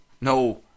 No